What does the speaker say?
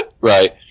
Right